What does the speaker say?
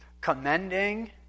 commending